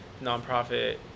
nonprofit